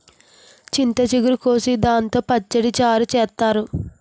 చింత చిగురు కోసి దాంతో పచ్చడి, చారు చేత్తారు